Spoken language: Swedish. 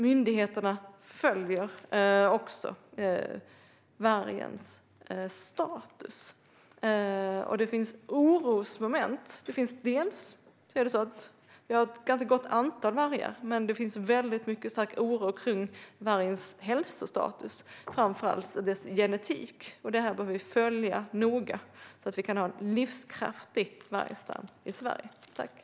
Myndigheterna följer också vargens status. Det finns orosmoment. Det finns ett ganska gott antal vargar, men det finns stark oro när det gäller vargens hälsostatus, framför allt dess genetik. Detta behöver vi följa noga, så att vi kan ha en livskraftig vargstam i Sverige.